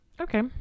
okay